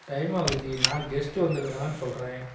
time ஆகுது ஜி நான் guest வந்துருகிறாங்கன்னு சொல்கிறேன்